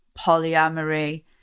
polyamory